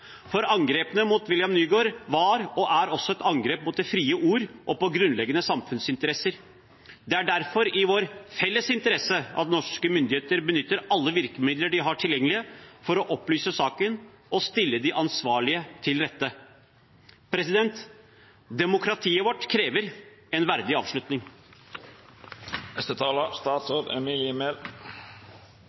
for angrepene mot William Nygaard var og er også et angrep mot det frie ord og mot grunnleggende samfunnsinteresser. Det er derfor i vår felles interesse at norske myndigheter benytter alle virkemidler de har tilgjengelige for å opplyse saken og stille de ansvarlige til rette. Demokratiet vårt krever en verdig avslutning.